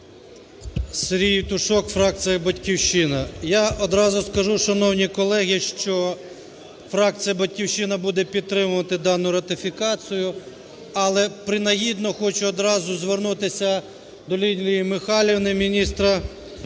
Сергій Євтушок, фракція "Батьківщина". Я одразу скажу, шановні колеги, що фракція "Батьківщина" буде підтримувати дану ратифікацію. Але принагідно хочу одразу звернутися до Лілії Михайлівни, міністра